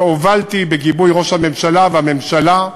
שהובלתי, בגיבוי ראש הממשלה והממשלה,